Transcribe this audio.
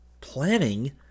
Planning